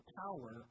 power